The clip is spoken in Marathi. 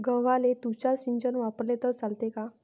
गव्हाले तुषार सिंचन वापरले तर चालते का?